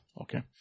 okay